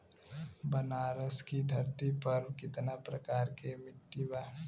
बनारस की धरती पर कितना प्रकार के मिट्टी बा?